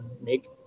make